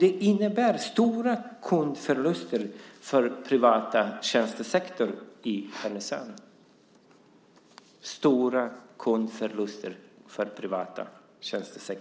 Det innebär stora kundförluster för den privata tjänstesektorn i Härnösand. När det gäller